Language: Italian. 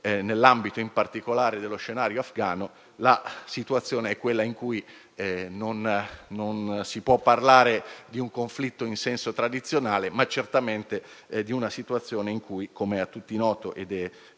nell'ambito in particolare dello scenario afgano, la situazione è quella in cui non si può parlare di un conflitto in senso tradizionale, ma certamente di una situazione in cui, come è a tutti noto e